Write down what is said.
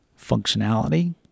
Functionality